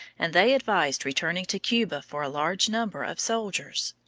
and they advised returning to cuba for a large number of soldiers.